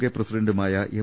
K പ്രസി ഡന്റുമായ M